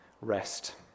rest